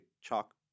chalk